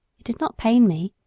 it did not pain me,